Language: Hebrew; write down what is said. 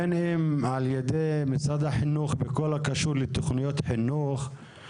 בין אם על ידי משרד החינוך בכל הקשור לתוכניות חינוך,